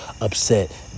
upset